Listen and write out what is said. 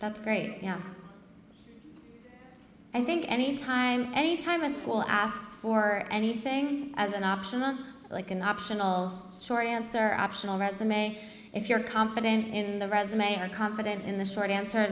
that's great i think any time anytime a school asks for anything as an option i like an optional short answer optional resume if you're confident in the resume are confident in the short answer